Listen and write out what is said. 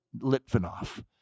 Litvinov